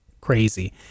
crazy